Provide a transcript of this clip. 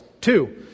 Two